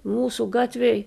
mūsų gatvėj